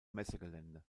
messegelände